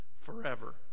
forever